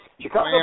Chicago